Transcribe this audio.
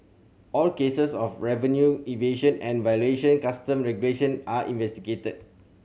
all cases of revenue evasion and violation Custom regulation are investigated